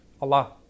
Allah